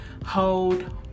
hold